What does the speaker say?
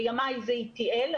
בימיי זה איתיאל,